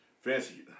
Fancy